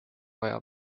vaja